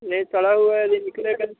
नहीं सड़ा हुआ नहीं निकलेगा